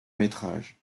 métrage